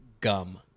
gum